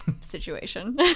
situation